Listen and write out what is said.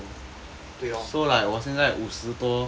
对咯